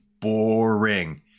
boring